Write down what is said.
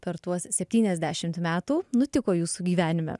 per tuos septyniasdešimt metų nutiko jūsų gyvenime